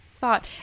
thought